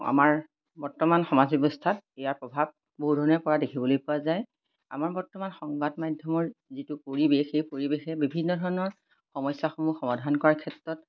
আমাৰ বৰ্তমান সমাজ ব্যৱস্থাত ইয়াৰ প্ৰভাৱ বহু ধৰণে পৰা দেখিবলৈ পোৱা যায় আমাৰ বৰ্তমান সংবাদ মাধ্যমৰ যিটো পৰিৱেশ সেই পৰিৱেশে বিভিন্ন ধৰণৰ সমস্যাসমূহ সমাধান কৰাৰ ক্ষেত্ৰত